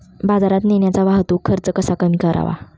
बाजारात नेण्याचा वाहतूक खर्च कसा कमी करावा?